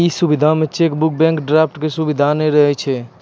इ सुविधा मे चेकबुक, बैंक ड्राफ्ट के सुविधा नै रहै छै